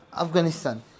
Afghanistan